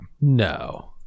No